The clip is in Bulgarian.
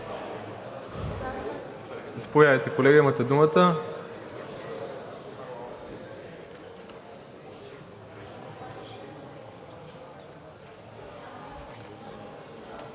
Заповядайте, колега, имате думата.